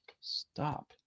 stop